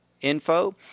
info